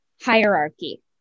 hierarchy